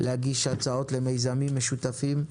להגיש הצעות למיזמים משותפים.